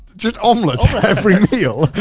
just omelets every meal?